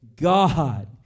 God